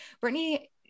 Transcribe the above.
Brittany